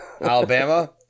Alabama